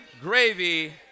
gravy